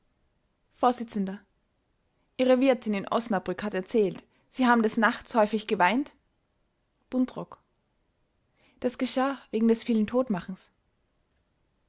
vors ihre wirtin in osnabrück hat erzählt sie haben des nachts häufig geweint buntrock das geschah wegen des vielen totmachens